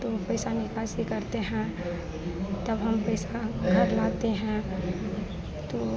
तो पैसा निकासी करते हैं तब हम पैसा घर लाते हैं तो